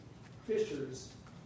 fishers